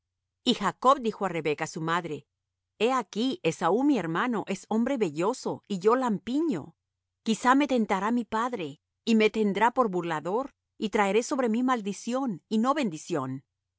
y jacob dijo á rebeca su madre he aquí esaú mi hermano es hombre velloso y yo lampiño quizá me tentará mi padre y me tendrá por burlador y traeré sobre mí maldición y no bendición